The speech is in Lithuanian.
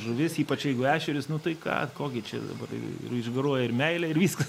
žuvis ypač jeigu ešerius nu tai ką ko gi čia dabar išgaruoja ir meilę ir viskas